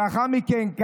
לאחר מכן,